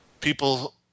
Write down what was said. people –